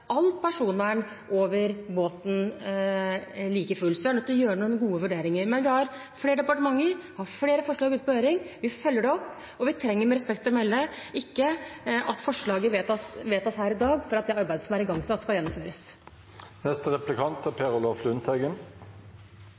personvern på båten. Vi er nødt til å gjøre noen gode vurderinger. Men vi har flere departementer, og det er flere forslag ute på høring. Vi følger det opp, og vi trenger ikke – med respekt å melde – at forslaget vedtas her i dag for at det arbeidet som er igangsatt, skal gjennomføres. Å forbedre arbeidsmulighetene for statlig ansatte er